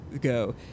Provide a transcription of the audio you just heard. go